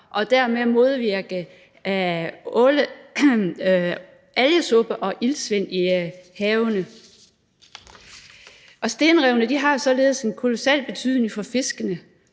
og dermed modvirke algesuppe og iltsvind i havene. Stenrevene har således en kolossal betydning for fiskene,